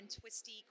twisty